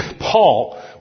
Paul